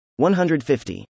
150